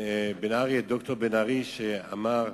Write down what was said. ד"ר בן-ארי אמר: